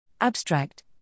Abstract